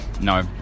no